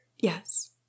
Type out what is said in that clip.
Yes